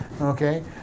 Okay